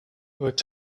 worked